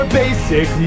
basic